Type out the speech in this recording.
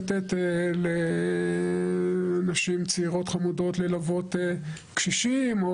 לתת לנשים צעירות חמודות ללוות קשישים,